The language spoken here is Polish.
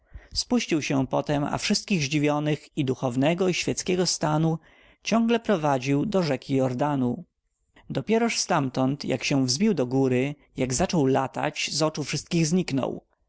spuścił się potem a wszystkich zdziwionych i duchownego i świeckiego stanu ciągle prowadził do rzeki jordanu dopieroż stamtąd jak się wzbił do góry jak zaczął latać z oczu wszystkich zniknął